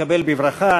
לקבל בברכה,